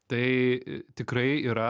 tai tikrai yra